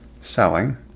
selling